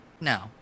No